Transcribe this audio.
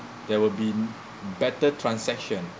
there will be better transaction